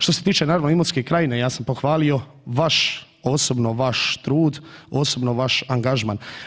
Što se tiče naravno Imotske krajine, ja sam pohvalio vaš, osobno vaš trud, osobno vaš angažman.